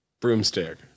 Broomstick